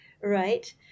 right